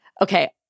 Okay